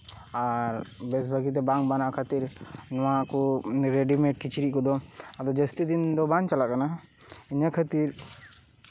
ᱟᱨ ᱵᱮᱥ ᱵᱷᱟᱹᱜᱤᱛᱮ ᱵᱟᱝ ᱵᱮᱱᱟᱣ ᱠᱷᱟᱹᱛᱤᱨ ᱱᱚᱣᱟ ᱠᱚ ᱨᱮᱰᱤᱢᱮᱰ ᱠᱤᱪᱨᱤᱪ ᱠᱚᱫᱚ ᱟᱫᱚ ᱡᱟᱹᱥᱛᱤ ᱫᱤᱱ ᱫᱚ ᱵᱟᱝ ᱪᱟᱞᱟᱜ ᱠᱟᱱᱟ ᱤᱱᱟᱹ ᱠᱷᱟᱹᱛᱤᱨ